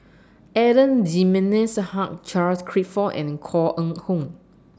Adan Jimenez Hugh Charles Clifford and Koh Eng Hoon